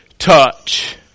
Touch